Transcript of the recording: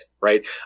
Right